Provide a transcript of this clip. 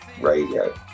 radio